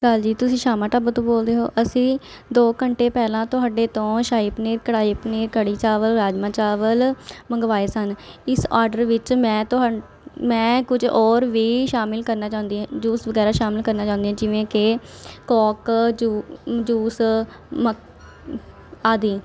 ਭਾਅ ਜੀ ਤੁਸੀਂ ਸ਼ਾਮਾ ਢਾਬੇ ਤੋਂ ਬੋਲਦੇ ਹੋ ਅਸੀਂ ਦੋ ਘੰਟੇ ਪਹਿਲਾਂ ਤੁਹਾਡੇ ਤੋਂ ਸ਼ਾਹੀ ਪਨੀਰ ਕੜਾਹੀ ਪਨੀਰ ਕੜੀ ਚਾਵਲ ਰਾਜਮਾਂਹ ਚਾਵਲ ਮੰਗਵਾਏ ਸਨ ਇਸ ਆਡਰ ਵਿੱਚ ਮੈਂ ਤੁਹਾਨੂੰ ਮੈਂ ਕੁਝ ਹੋਰ ਵੀ ਸ਼ਾਮਲ ਕਰਨਾ ਚਾਹੁੰਦੀ ਹਾਂ ਜੂਸ ਵਗੈਰਾ ਸ਼ਾਮਲ ਕਰਨਾ ਚਾਹੁੰਦੀ ਜਿਵੇਂ ਕਿ ਕੌਕ ਜੁ ਜੂਸ ਮਕ ਆਦਿ